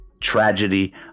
tragedy